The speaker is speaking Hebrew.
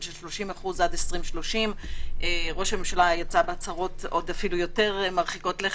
של 30% עד 2030. ראש הממשלה יצא בהצהרות עוד אפילו יותר מרחיקות לכת,